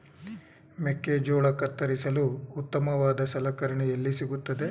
ಮೆಕ್ಕೆಜೋಳ ಕತ್ತರಿಸಲು ಉತ್ತಮವಾದ ಸಲಕರಣೆ ಎಲ್ಲಿ ಸಿಗುತ್ತದೆ?